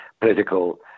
political